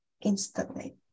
instantly